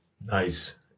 Nice